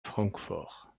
francfort